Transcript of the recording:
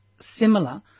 Similar